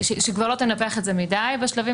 שכבר לא תנפח את זה יותר מדי בשלבים